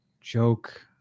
joke